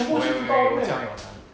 okay okay 我教你我看